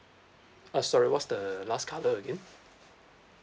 uh sorry what's the last colour again